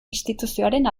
instituzioaren